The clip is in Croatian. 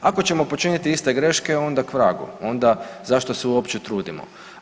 Ako ćemo počiniti iste greške onda k vragu, onda zašto se uopće trudimo.